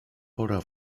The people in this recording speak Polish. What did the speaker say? pora